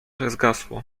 zgasło